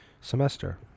semester